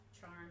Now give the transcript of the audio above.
charm